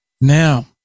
Now